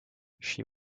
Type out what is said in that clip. she